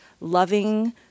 loving